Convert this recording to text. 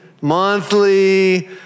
monthly